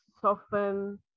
soften